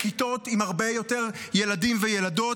בכיתות עם הרבה יותר ילדים וילדות,